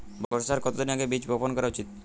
বর্ষার কতদিন আগে বীজ বপন করা উচিৎ?